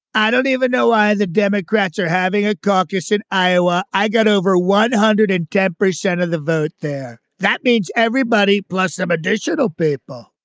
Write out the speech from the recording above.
i don't even know why the democrats are having a caucus in iowa. i got over one hundred and debris, cent of the vote there. that means everybody plus some additional people.